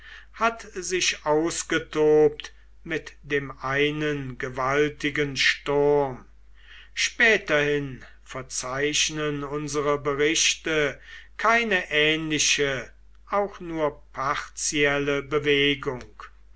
hat sich ausgetobt mit dem einen gewaltigen sturm späterhin verzeichnen unsere berichte keine ähnliche auch nur partielle bewegung